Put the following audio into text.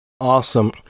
Awesome